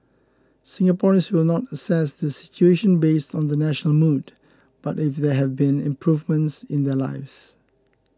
Singaporeans will not assess the situation based on the national mood but if there have been improvements in their lives